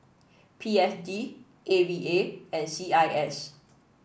P S D A V A and C I S